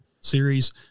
series